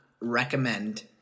recommend